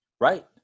Right